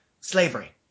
slavery